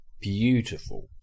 beautiful